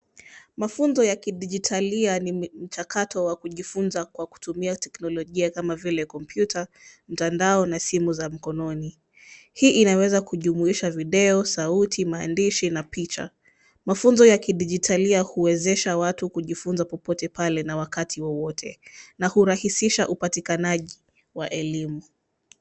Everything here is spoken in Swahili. Mafunzo ya kidijitalia ni mchakato wa kujifunza Kwa kutumia teknolojia kama vile kompyuta, mtandao na simu za mkononi. Hii inaweza kujumuisha video, sauti maandishi na picha. Mafunzo ya kidijitalia huwezesha watu kujifunza popote pale na wakati wowote na hurahisisha upatikanaji wa elimu.